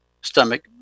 stomach